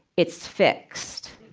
it's fixed.